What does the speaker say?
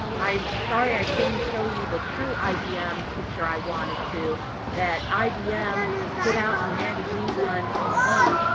i'm sorry i couldn't show you the true ibm picture i wanted to that ibm put out in magazines and on tv.